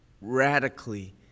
radically